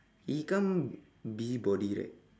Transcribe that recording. if he come busybody right